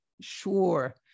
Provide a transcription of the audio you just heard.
sure